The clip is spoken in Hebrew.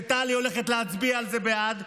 שטלי הולכת להצביע על זה בעד?